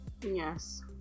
yes